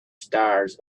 stars